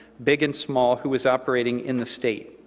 big and small, who was operating in the state.